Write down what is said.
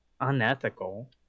unethical